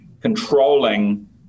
controlling